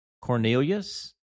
Cornelius